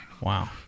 Wow